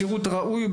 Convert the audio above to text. בשירות ראוי,